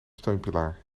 steunpilaar